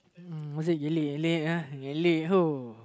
uh was it who